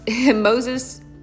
Moses